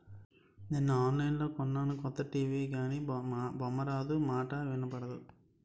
నిన్న ఆన్లైన్లో కొన్నాను కొత్త టీ.వి గానీ బొమ్మారాదు, మాటా ఇనబడదు